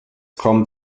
kommt